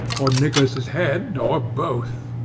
or nicholas's head, or both,